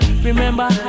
remember